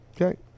Okay